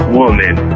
woman